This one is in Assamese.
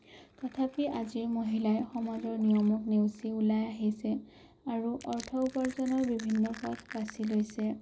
তথাপি আজিৰ মহিলাই সমাজৰ নিয়মক নেওচি ওলাই আহিছে আৰু অৰ্থ উপাৰ্জনৰ বিভিন্ন পথ বাচি লৈছে